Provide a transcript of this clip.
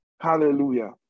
Hallelujah